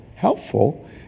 helpful